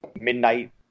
Midnight